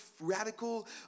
radical